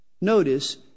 Notice